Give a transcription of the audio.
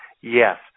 Yes